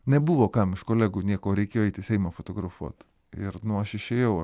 nebuvo kam iš kolegų nieko reikėjo eit į seimą fotografuot ir nu aš išėjau